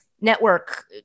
network